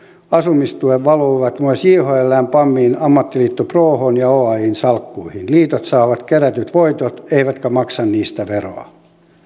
asumistuet valuvat myös jhlään pamiin ammattiliitto prohon ja oajn salkkuihin liitot saavat kerätyt voitot eivätkä maksa niistä veroa